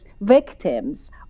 victims